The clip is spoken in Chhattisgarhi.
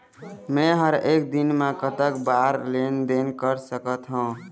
मे हर एक दिन मे कतक बार लेन देन कर सकत हों?